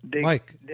Mike